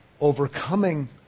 overcoming